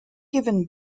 given